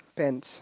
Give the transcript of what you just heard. pants